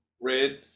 Red